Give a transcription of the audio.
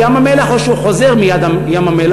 או לים-המלח או כשהוא חוזר מים-המלח,